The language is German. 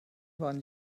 waren